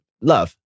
love